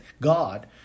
God